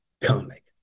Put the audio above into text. comic